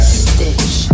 stitch